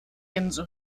gänse